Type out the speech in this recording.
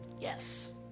Yes